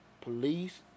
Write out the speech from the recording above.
police